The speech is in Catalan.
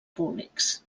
públics